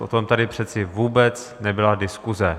O tom tady přece vůbec nebyla diskuse.